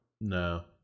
No